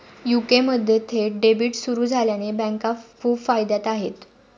UK मध्ये थेट debit सुरू झाल्याने बँका खूप फायद्यात आहे